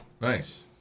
nice